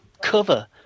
cover